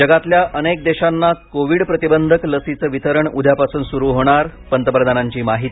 जगातल्या अनेक देशांना कोविड प्रतिबंधक लसींचं वितरण उद्यापासून सुरू होणार पंतप्रधानांची माहिती